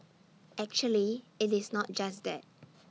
actually IT is not just that